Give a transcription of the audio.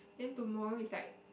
then tomorrow is like